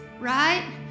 Right